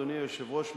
אדוני היושב-ראש,